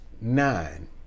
nine